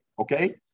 Okay